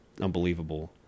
unbelievable